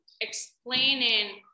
explaining